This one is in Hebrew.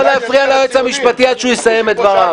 לא להפריע ליועץ המשפטי עד שהוא יסיים את דבריו.